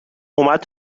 اومد